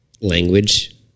language